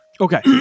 Okay